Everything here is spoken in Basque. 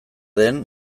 den